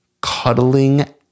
Cuddling